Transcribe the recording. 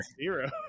zero